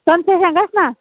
concession گَژھِ نہَ